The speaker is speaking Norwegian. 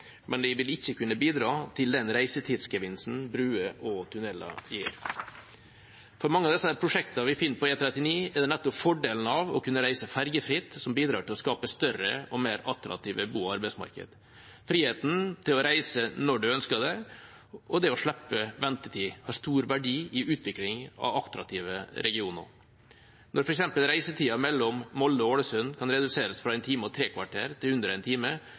men de vil ikke kunne bidra til den reisetidsgevinsten broer og tunneler gir. For mange av prosjektene vi finner på E39, er det nettopp fordelen av å reise fergefritt som bidrar til å skape større og mer attraktive bo- og arbeidsmarkeder. Friheten til å reise når en ønsker det, og det å slippe ventetid har stor verdi i utviklingen av attraktive regioner. Når f.eks. reisetida mellom Molde og Ålesund kan reduseres fra en time og tre kvarter til under én time,